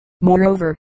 Moreover